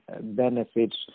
benefits